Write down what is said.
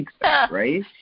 right